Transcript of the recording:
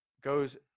goes